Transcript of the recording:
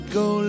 go